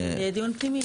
לא, זה דיון פנימי.